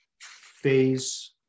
phase